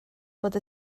bod